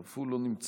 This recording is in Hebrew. אף הוא לא נמצא,